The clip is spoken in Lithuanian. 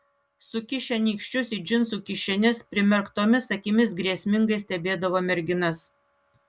sukišę nykščius į džinsų kišenes primerktomis akimis grėsmingai stebėdavo merginas